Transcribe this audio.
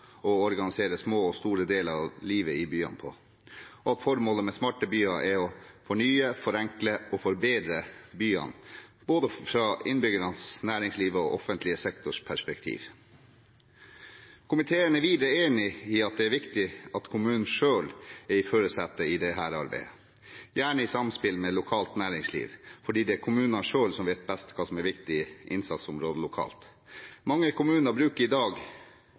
å organisere små og store deler av livet i byene på, og at formålet med smarte byer er å fornye, forenkle og forbedre byene, fra både innbyggernes, næringslivets og offentlig sektors perspektiv. Komiteen er videre enig i at det er viktig at kommunene selv er i førersetet i dette arbeidet, gjerne i samspill med lokalt næringsliv, fordi det er kommunene selv som vet best hva de viktigste innsatsområdene lokalt er. Mange kommuner er i dag